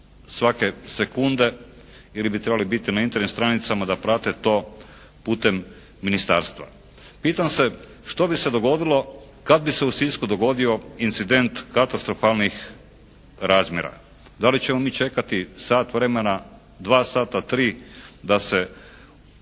svake sekunde ili bi trebali biti na Internet stranicama da prate to putem ministarstva? Pitam se što bi se dogodilo kad bi se u Sisku dogodio incident katastrofalnih razmjera? Da li ćemo mi čekati sat vremena, dva sata, tri da se podaci